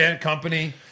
company